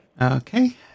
Okay